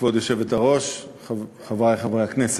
כבוד היושבת-ראש, תודה רבה, חברי חברי הכנסת,